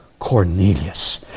Cornelius